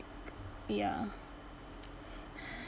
ya